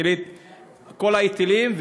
כל ההיטלים,